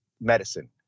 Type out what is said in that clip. medicine